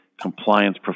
compliance